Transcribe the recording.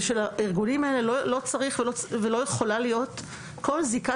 זה שלארגונים לא צריכה ולא יכולה להיות כל זיקה